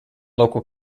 local